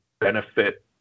benefit